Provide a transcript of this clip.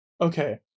okay